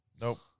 Nope